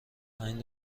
پنج